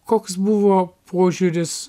koks buvo požiūris